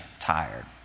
tired